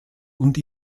und